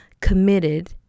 committed